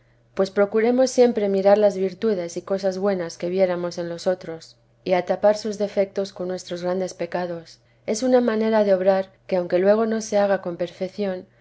pues procuremos siempre mirar las virtudes y cosas buenas que viéremos en los otros y atapar sus defectos con nuestros grandes pecados es una manera de obrar que aunque luego no se haga con perfección